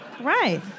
Right